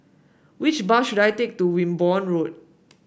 which bus should I take to Wimborne Road